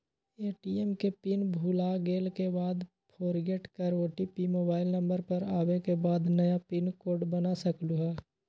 ATM के pin भुलागेल के बाद फोरगेट कर ओ.टी.पी मोबाइल नंबर पर आवे के बाद नया पिन कोड बना सकलहु ह?